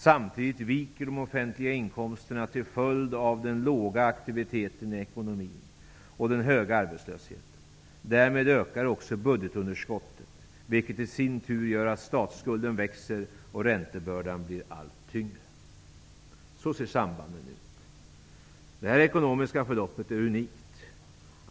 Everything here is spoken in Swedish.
Samtidigt viker de offentliga inkomsterna till följd av den låga aktiviteten i ekonomin och den höga arbetslösheten. Därmed ökar också budgetunderskottet, vilket i sin tur gör att statsskulden växer och att räntebördan blir allt tyngre. Så ser sambanden ut. Det här ekonomiska förloppet är unikt.